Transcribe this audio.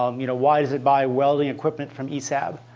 um you know why does it buy welding equipment from esab?